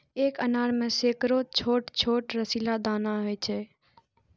एक अनार मे सैकड़ो छोट छोट रसीला दाना होइ छै